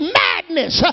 madness